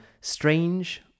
strange